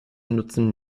nutzen